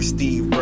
Steve